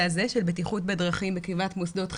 הזה של בטיחות בדרכים בקרבת מוסדות חינוך,